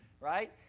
right